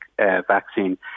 vaccine